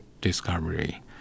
discovery